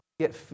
get